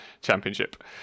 Championship